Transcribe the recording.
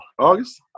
August